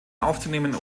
aufzunehmen